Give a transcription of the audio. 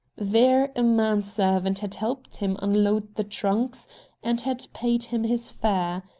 there a man-servant had helped him unload the trunks and had paid him his fare.